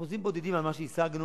אחוזים בודדים על מה שהשגנו.